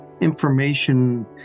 information